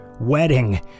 wedding